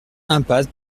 impasse